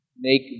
make